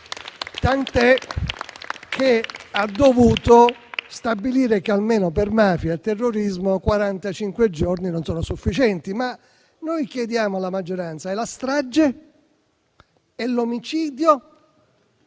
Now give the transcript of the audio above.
tant'è che ha dovuto stabilire che almeno per mafia e terrorismo quarantacinque giorni non sono sufficienti. Noi chiediamo però alla maggioranza: la strage, l'omicidio,